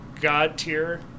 god-tier